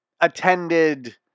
attended